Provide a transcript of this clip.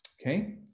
okay